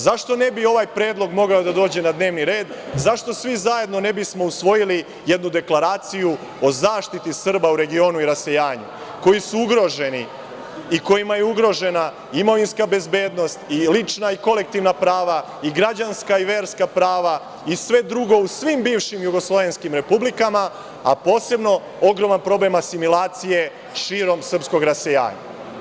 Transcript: Zašto ne bi ovaj predlog mogao da dođe na dnevni red, zašto svi zajedno ne bismo usvojili jednu deklaraciju o zaštiti Srba u regionu i rasejanju, koji su ugroženi i kojima je ugrožena imovinska bezbednost i lična i kolektivna prava i građanska i verska prava i sve drugo u svim bivšim jugoslovenskim republikama, a posebno ogroman problem asimilacije, širom srpskog rasejanja.